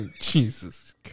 Jesus